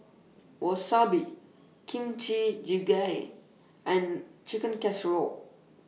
Wasabi Kimchi Jjigae and Chicken Casserole